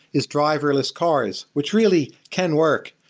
is driverless cars, which really can work,